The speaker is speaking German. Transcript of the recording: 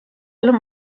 allem